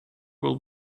will